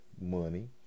money